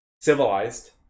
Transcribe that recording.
civilized